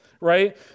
right